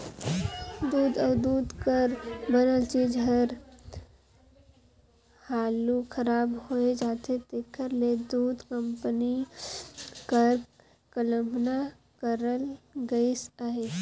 दूद अउ दूद कर बनल चीज हर हालु खराब होए जाथे तेकर ले दूध कंपनी कर कल्पना करल गइस अहे